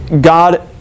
God